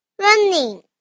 running